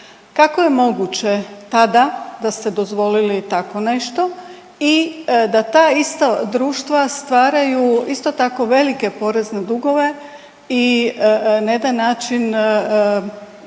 Kako je moguće tada da ste dozvolili tako nešto i da ta ista društva stvaraju isto tako velike porezne dugove i na jedan način